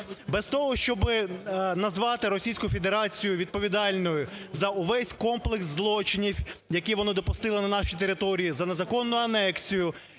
Без того, щоб назвати Російську Федерацію відповідальною за увесь комплекс злочинів, які вона допустила на нашій території, за незаконну анексію,